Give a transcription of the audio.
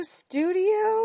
studio